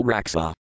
Raksa